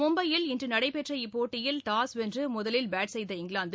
மும்பையில் இன்று நடைபெற்ற இப்போட்டியில் டாஸ் வென்று முதலில் பேட் செய்த இங்கிலாந்து